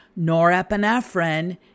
Norepinephrine